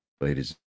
Ladies